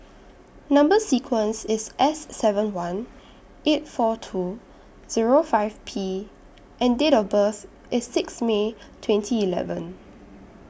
Number sequence IS S seven one eight four two Zero five P and Date of birth IS six May twenty eleven